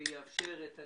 יאפשר את הניוד.